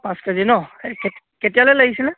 পাঁচ কেজি নহ্ কে কেতিয়ালৈ লাগিছিলে